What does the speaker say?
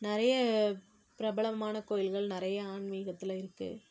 நிறைய பிரபலமான கோயில்கள் நிறைய ஆன்மீகத்தில் இருக்குது